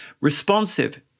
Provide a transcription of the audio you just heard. responsive